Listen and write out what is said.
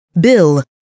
Bill